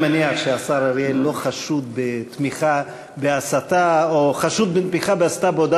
אני מניח שהשר אריאל לא חשוד בתמיכה בהסתה או חשוד בכלל בהסתה,